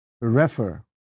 refer